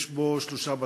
יש בו שלושה בתי-חולים,